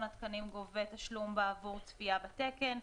התקנים גובה תשלום בעבור צפייה בתקן.